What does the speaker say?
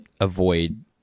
avoid